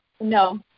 No